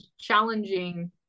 challenging